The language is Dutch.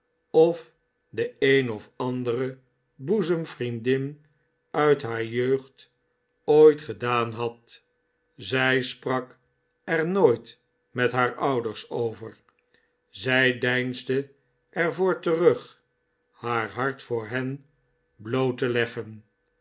of de een of andere boezemvriendin uit haar jeugd ooit gedaan had zij sprak er nooit met haar ouders over zij deinsde er voor terug haar hart voor hen bloot